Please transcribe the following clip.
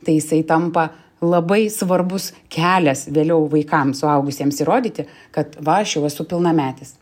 tai jisai tampa labai svarbus kelias vėliau vaikam suaugusiems įrodyti kad va aš jau esu pilnametis